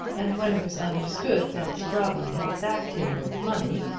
and when it was understood that scrobby had backed him with money,